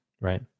Right